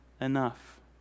enough